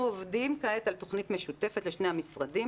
אנחנו עובדים כעת על תכנית משותפת לשני המשרדים,